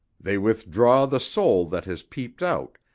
they withdraw the soul that has peeped out,